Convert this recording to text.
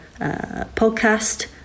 podcast